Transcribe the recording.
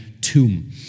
tomb